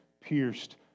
pierced